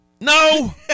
No